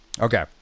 Okay